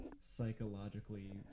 psychologically